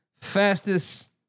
fastest